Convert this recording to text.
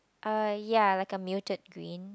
uh ya like a muted green